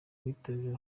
witabiriwe